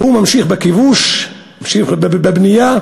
הוא ממשיך בכיבוש, ממשיך בבנייה,